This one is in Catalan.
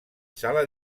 sala